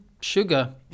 sugar